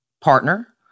partner